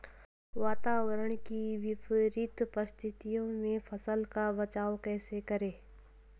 वातावरण की विपरीत परिस्थितियों में फसलों का बचाव कैसे करें?